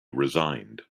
resigned